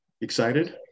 Excited